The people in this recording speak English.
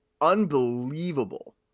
unbelievable